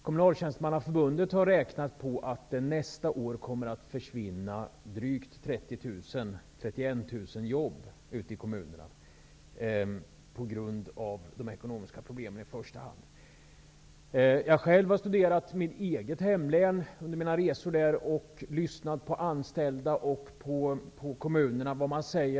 Kommunaltjänstemannaförbundet har beräknat att det nästa år kommer att försvinna drygt 31 000 jobb i kommunerna på grund av i första hand de ekonomiska problemen. Jag har själv studerat förhållandena i mitt eget hemlän under mina resor där. Jag har lyssnat till de anställda och till vad man säger i kommunerna.